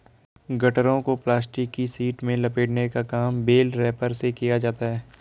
गट्ठरों को प्लास्टिक की शीट में लपेटने का काम बेल रैपर से किया जाता है